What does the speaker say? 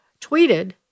tweeted